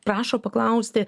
prašo paklausti